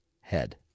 head